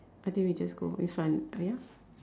I think we just go in front uh ya